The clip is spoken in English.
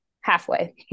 Halfway